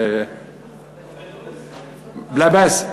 בלבשֹ?